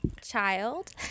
child